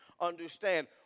understand